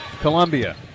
Columbia